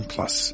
Plus